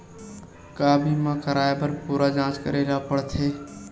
का बीमा कराए बर पूरा जांच करेला पड़थे?